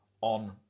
on